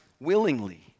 willingly